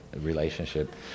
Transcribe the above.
relationship